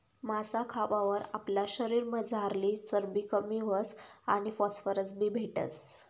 मासा खावावर आपला शरीरमझारली चरबी कमी व्हस आणि फॉस्फरस बी भेटस